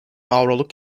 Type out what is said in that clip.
avroluk